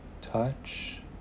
touch